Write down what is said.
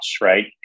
right